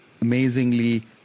amazingly